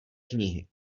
knihy